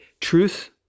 truth